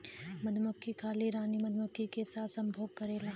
मधुमक्खी खाली रानी मधुमक्खी के साथ संभोग करेला